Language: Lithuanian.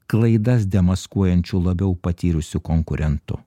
klaidas demaskuojanči labiau patyrusiu konkurentu